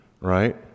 right